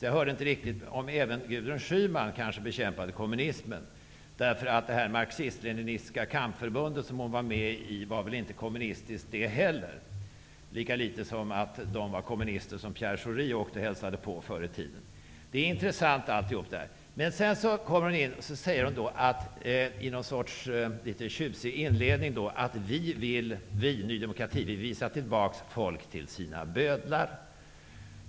Jag hörde inte riktigt om även Gudrun Schyman bekämpade kommunismen. Det marxistisk-leninistiska kampförbund som hon var med i var väl inte kommunistiskt det heller, lika litet som de som Pierre Schori hälsade på förr i tiden var kommunister! Allt detta är intressant. Men sedan säger Gudrun Schyman i någon tjusig inledning att vi i Ny demokrati vill visa tillbaka folk till sina bödlar.